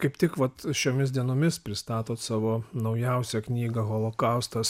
kaip tik vat šiomis dienomis pristatot savo naujausią knygą holokaustas